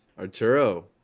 Arturo